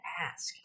ask